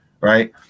right